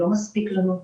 זה לא מספיק לנו.